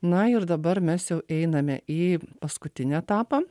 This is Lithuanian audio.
na ir dabar mes jau einame į paskutinį etapą